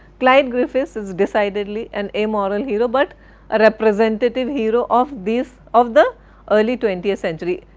clyde griffiths is decidedly an amoral hero but a representative hero of this, of the earlier twentieth century.